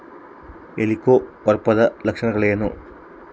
ಹೆಲಿಕೋವರ್ಪದ ಲಕ್ಷಣಗಳೇನು?